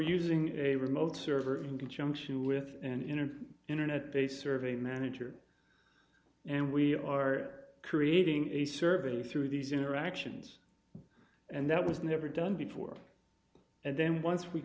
using a remote server in conjunction with an inner internet they serve a manager and we are creating a service through these interactions and that was never done before and then once we